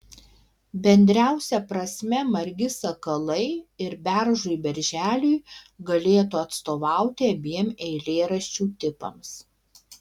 bendriausia prasme margi sakalai ir beržui berželiui galėtų atstovauti abiem eilėraščių tipams